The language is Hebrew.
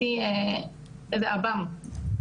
אני חושבת שצריך לטפל בזה,